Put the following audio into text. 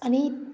आनी